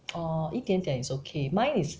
orh 一点点 is okay mine is